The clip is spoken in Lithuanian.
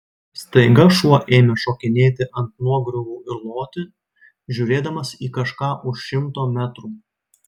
staiga šuo ėmė šokinėti ant nuogriuvų ir loti žiūrėdamas į kažką už šimto metrų